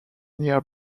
near